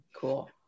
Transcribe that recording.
Cool